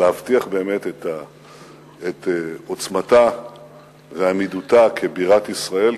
להבטיח באמת את עוצמתה ועמידותה כבירת ישראל,